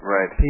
Right